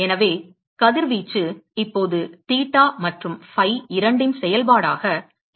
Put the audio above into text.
எனவே கதிர்வீச்சு இப்போது தீட்டா மற்றும் ஃபை இரண்டின் செயல்பாடாக இருக்கப் போகிறது